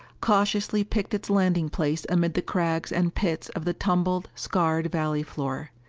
cautiously picked its landing place amid the crags and pits of the tumbled, scarred valley floor.